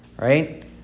right